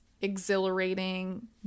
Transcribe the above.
exhilarating